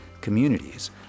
communities